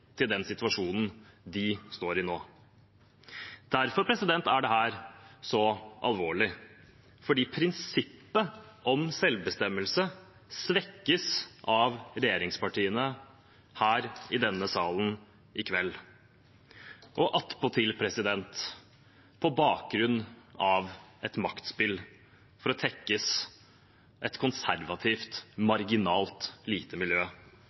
til den situasjonen de står i nå. Derfor er dette så alvorlig. Prinsippet om selvbestemmelse svekkes av regjeringspartiene i denne salen i kveld. Det skjer attpåtil på bakgrunn av et maktspill for å tekkes et konservativt og marginalt og lite miljø